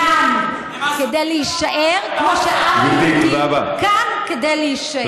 חוק הלאום כאן כדי להישאר כמו שהעם היהודי כאן כדי להישאר.